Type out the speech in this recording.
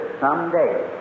someday